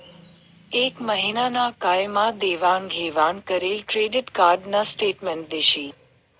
एक महिना ना काय मा देवाण घेवाण करेल क्रेडिट कार्ड न स्टेटमेंट दिशी